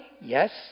yes